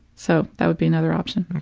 so, that would be another option.